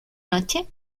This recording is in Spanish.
noche